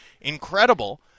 Incredible